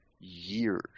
Years